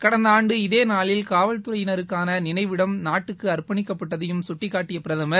கடந்தஆண்டு இதேநாளில் காவல்துறையினருக்கானநினைவிடம் நாட்டுக்குஅர்ப்பணிக்கப் பட்டதையும் கட்டிக்காட்டியபிரதமர்